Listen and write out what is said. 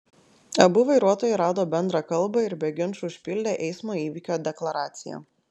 abu vairuotojai rado bendrą kalbą ir be ginčų užpildė eismo įvykio deklaraciją